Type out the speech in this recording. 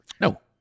No